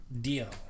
deal